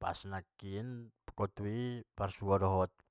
pasan ma iba pade di aek i.